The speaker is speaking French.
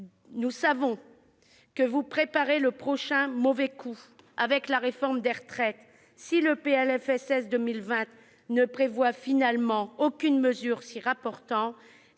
Nous savons que vous préparez le prochain mauvais coup avec la réforme des retraites. Si le PLFSS 2020 ne prévoit finalement aucune mesure s'y rapportant,